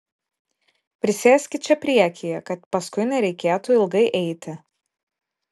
prisėskit čia priekyje kad paskui nereikėtų ilgai eiti